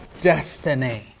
destiny